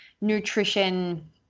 nutrition